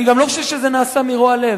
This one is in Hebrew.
אני גם לא חושב שזה נעשה מרוע לב.